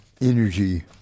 energy